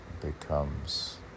becomes